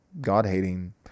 God-hating